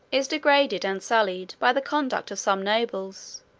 is degraded, and sullied, by the conduct of some nobles,